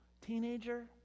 teenager